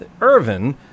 Irvin